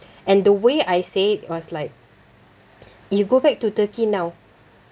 and the way I say it was like you go back to Turkey now